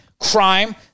Crime